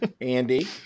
Andy